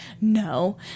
no